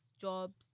jobs